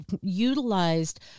utilized